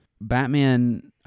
Batman